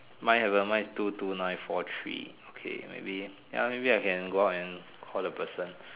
mine haven't my is two two nine four three okay maybe ya maybe I can go out and call that person